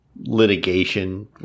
litigation